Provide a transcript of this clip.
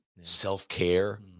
self-care